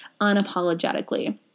unapologetically